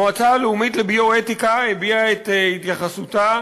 המועצה הלאומית לביו-אתיקה הביעה את התייחסותה